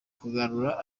kugarura